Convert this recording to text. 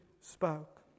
spoke